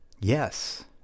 Yes